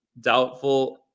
doubtful